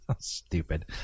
stupid